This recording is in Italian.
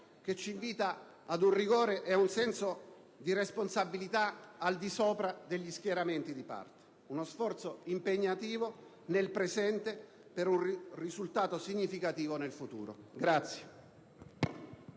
che ci invita ad un rigore e a un senso di responsabilità al di sopra degli schieramenti di parte. Ci troviamo di fronte ad uno sforzo impegnativo nel presente per un risultato significativo nel futuro.